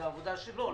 זו העבודה שלו,